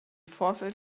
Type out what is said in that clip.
vorfeld